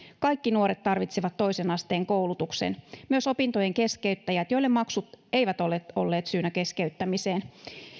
kaikki nuoret tarvitsevat toisen asteen koulutuksen myös opintojen keskeyttäjät joille maksut eivät ole olleet syynä keskeyttämiseen